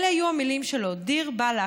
אלה היו המילים שלו: דיר באלכ.